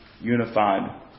unified